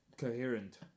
Coherent